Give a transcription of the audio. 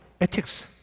ethics